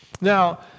Now